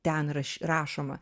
ten raš rašoma